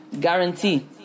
guarantee